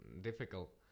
difficult